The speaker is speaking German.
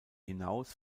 hinaus